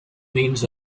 means